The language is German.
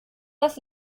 das